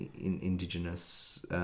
Indigenous